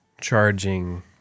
charging